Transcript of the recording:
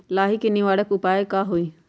लाही के निवारक उपाय का होई?